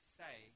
say